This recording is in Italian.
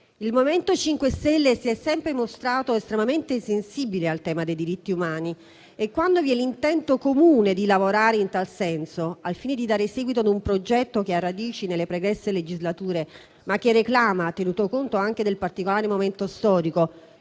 il MoVimento 5 Stelle si è sempre mostrato estremamente sensibile al tema dei diritti umani. Quando vi è l'intento comune di lavorare in tal senso, al fine di dare seguito ad un progetto che ha radici nelle pregresse legislature, ma che reclama, tenuto conto anche del particolare momento storico,